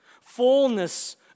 Fullness